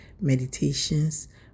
meditations